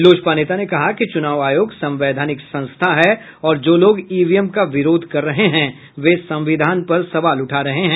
लोजपा नेता ने कहा कि चुनाव आयोग संवैधानिक संस्था है और जो लोग ईवीएम का विरोध कर रहे हैं वे संविधान पर सवाल उठा रहे हैं